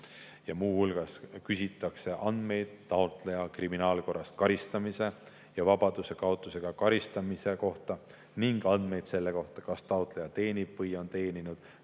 Muu hulgas küsitakse andmeid taotleja kriminaalkorras karistamise ja vabadusekaotusega karistamise kohta ning andmeid selle kohta, kas taotleja teenib või on teeninud